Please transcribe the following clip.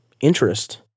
interest